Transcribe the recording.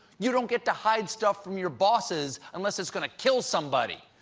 you don't get to hide stuff from your bosses unless it's going to kill somebody.